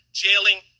jailing